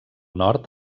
nord